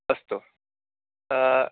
अस्तु